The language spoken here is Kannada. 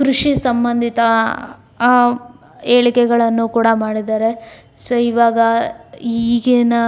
ಕೃಷಿ ಸಂಬಂಧಿತ ಏಳಿಗೆಗಳನ್ನು ಕೂಡ ಮಾಡಿದ್ದಾರೆ ಸೊ ಇವಾಗ ಈಗಿನ